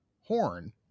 Horn